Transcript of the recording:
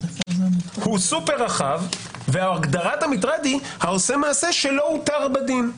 הוא סופר רחב והגדרת המטרד היא "העושה מעשה שלא הותר בדין".